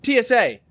TSA